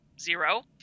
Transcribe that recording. zero